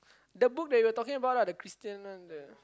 the book that we were talking about lah the Christian one the